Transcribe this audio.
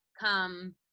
come